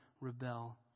rebel